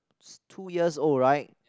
two years old right